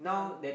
yeah a lot